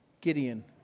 Gideon